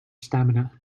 stamina